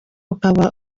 ukaba